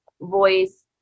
voice